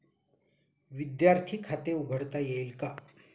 विद्यार्थी खाते उघडता येईल का?